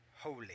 holy